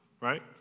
right